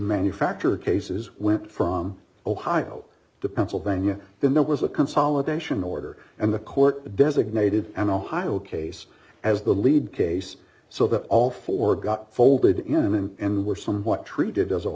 manufacture cases went from ohio to pennsylvania then there was a consolidation order and the court designated an ohio case as the lead case so that all four got folded in them and were somewhat treated as a